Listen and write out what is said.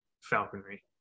falconry